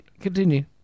continue